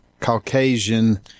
Caucasian